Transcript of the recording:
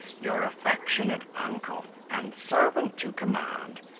your affectionate uncle, and servant to command,